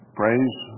praise